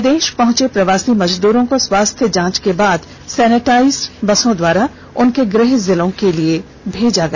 प्रदेश पहुंचे प्रवासी मजदूरों को स्वाास्थ्य जांच के बाद सैनेटाइजड बसों के द्वारा उनके गृह जिलों के लिए भेजा गया